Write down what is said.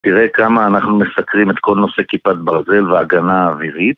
תראה כמה אנחנו מסקרים את כל נושא כיפת ברזל והגנה האווירית